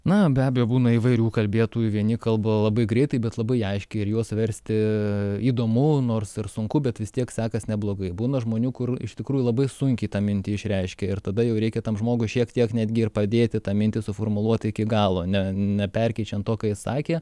na be abejo būna įvairių kalbėtojų vieni kalba labai greitai bet labai aiškiai ir juos versti įdomu nors ir sunku bet vis tiek sekas neblogai būna žmonių kur iš tikrųjų labai sunkiai tą mintį išreiškia ir tada jau reikia tam žmogui šiek tiek netgi ir padėti tą mintį suformuluoti iki galo ne neperkeičiant to ką jis sakė